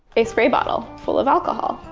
a spray bottle full of alcohol.